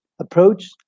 approach